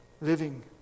living